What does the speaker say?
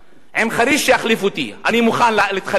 עם חריש שיחליף אותי, אני מוכן להתחלף אתו.